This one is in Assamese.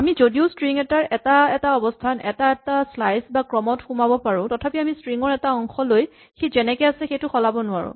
আমি যদিও ষ্ট্ৰিং এটাৰ এটা এটা অৱস্হান এটা এটা শ্লাইচ বা ক্ৰমত সোমাব পাৰো তথাপি আমি ষ্ট্ৰিং ৰ এটা অংশ লৈ সি যেনেকে আছে সেইটো সলাব নোৱাৰো